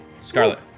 Scarlet